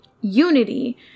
unity